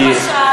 מה למשל?